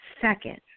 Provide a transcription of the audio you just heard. second